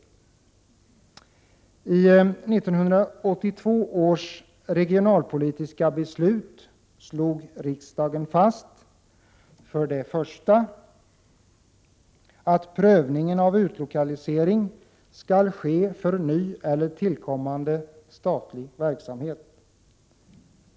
För det första slog riksdagen fast, i 1982 års regionalpolitiska beslut, att prövning av utlokalisering skall ske för ny eller tillkommande statlig verksamhet.